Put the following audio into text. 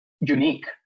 unique